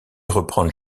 reprendre